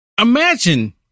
imagine